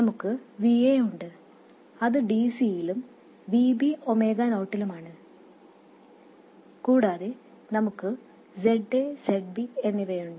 നമുക്ക് Va ഉണ്ട് അത് dc യിലും Vb ഒമേഗ നോട്ടിലുമാണ് കൂടാതെ നമുക്ക് Za Zb എന്നിവയുണ്ട്